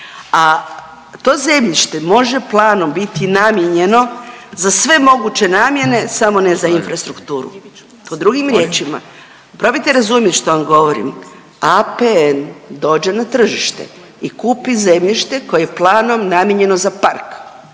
a to zemljište može planom biti namijenjeno za sve moguće namijene samo ne za infrastrukturu. To drugim riječima, probajte razumit što vam govorim, APN dođe na tržište i kupi zemljište koje je planom namijenjeno za park